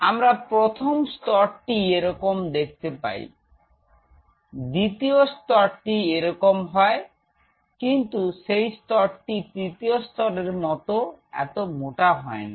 আমরা প্রথম স্তরটি এরকম দেখতে পাই দ্বিতীয় স্তরটি এরকম হয় কিন্তু সেই স্তরটি তৃতীয় স্তরের মতো এতটা মোটা হয় না